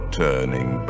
turning